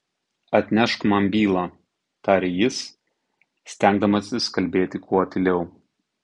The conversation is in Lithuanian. atnešk man bylą tarė jis stengdamasis kalbėti kuo tyliau